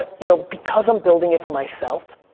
ah you know, because i'm building it for myself,